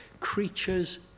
Creatures